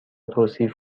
توصیف